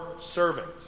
servants